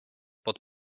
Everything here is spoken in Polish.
pod